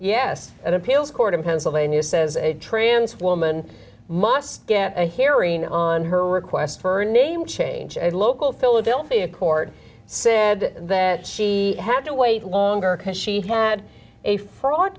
an appeals court in pennsylvania says a trans woman must get a hearing on her request for a name change a local philadelphia court said that she had to wait longer because she had a fr